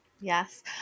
yes